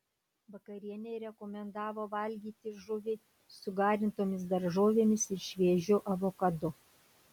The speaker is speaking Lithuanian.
vakarienei rekomendavo valgyti žuvį su garintomis daržovėmis ir šviežiu avokadu